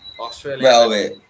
Australia